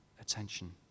attention